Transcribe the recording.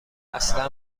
اصلا